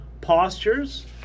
postures